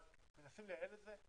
אבל מנסים לייעל את זה.